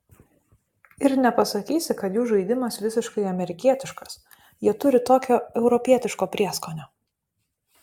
ir nepasakysi kad jų žaidimas visiškai amerikietiškas jie turi tokio europietiško prieskonio